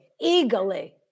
Eagerly